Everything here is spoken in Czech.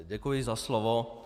Děkuji za slovo.